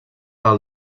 del